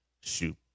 Shoot